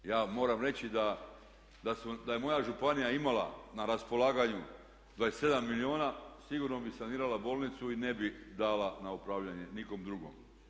Ja vam moram reći da je moja županija imala na raspolaganju 27 milijuna, sigurno bi sanirala bolnicu i ne bi dala na upravljanje nikom drugom.